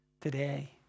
today